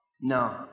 No